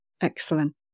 Excellent